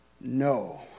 No